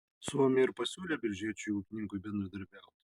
suomiai ir pasiūlė biržiečiui ūkininkui bendradarbiauti